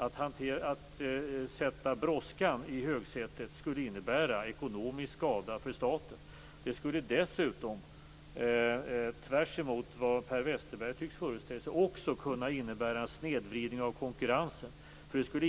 Att sätta brådskan i högsätet skulle innebära ekonomisk skada för staten. Det skulle dessutom, tvärtemot vad Per Westerberg tycks föreställa sig, också kunna innebära en snedvridning av konkurrensen. Det skulle